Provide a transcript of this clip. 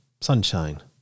sunshine